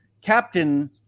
Captain